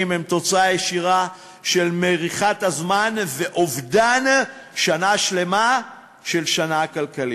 הם תוצאה ישירה של מריחת הזמן ואובדן שנה כלכלית שלמה.